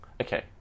okay